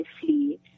see